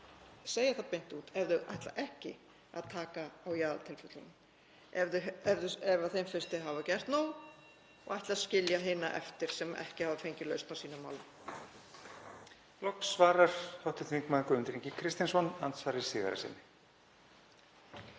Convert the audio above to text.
segja það beint út ef þau ætla ekki að taka á jaðartilfellum, ef þeim finnst þau hafa gert nóg og ætla að skilja hina eftir sem ekki hafa fengið lausn á sínum